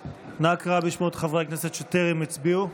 קרא בשמות חברי הכנסת שטרם הצביעו.